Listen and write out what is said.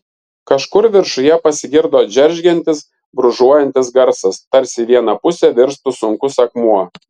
kažkur viršuje pasigirdo džeržgiantis brūžuojantis garsas tarsi į vieną pusę virstų sunkus akmuo